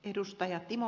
arvoisa puhemies